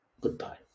goodbye